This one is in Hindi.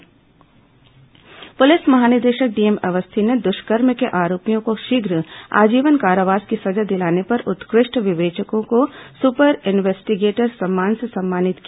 इंद्रधनुष सम्मान पुलिस महानिदेशक डीएम अवस्थी ने दुष्कर्म के आरोपियों को शीघ्र आजीवन कारावास की सजा दिलाने पर उत्कृष्ट विवेचकों को सुपर इंवेस्टिगेटर सम्मान से सम्मानित किया